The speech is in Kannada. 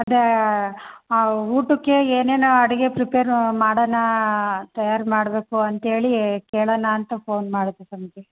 ಅದೇ ಊಟಕ್ಕೆ ಏನೇನು ಅಡಿಗೆ ಪ್ರಿಪೇರ್ ಮಾಡೋಣ ತಯಾರು ಮಾಡಬೇಕು ಅಂತೇಳಿ ಕೇಳಣ ಅಂತ ಫೋನ್ ಮಾಡಿದ್ವಿ ತಮಗೆ